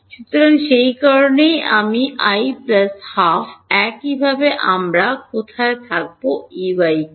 সুতরাং সে কারণেই আমি i 12 একইভাবে আঃ আমরা কোথায় থাকব Ey কে